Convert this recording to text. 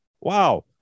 Wow